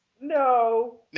No